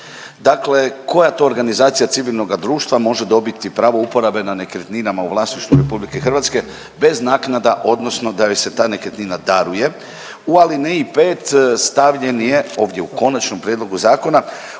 Dakle, koja to organizacija civilnoga društva može dobiti pravo uporabe na nekretninama u vlasništvu Republike Hrvatske bez naknada odnosno da joj se ta nekretnina daruje. U alineji 5. stavljen je ovdje u konačnom prijedlogu zakona